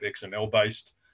XML-based